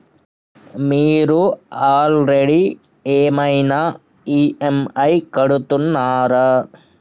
మీరు ఆల్రెడీ ఏమైనా ఈ.ఎమ్.ఐ కడుతున్నారా?